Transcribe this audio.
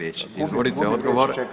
Izvolite odgovor.